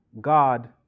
God